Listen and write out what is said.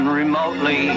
remotely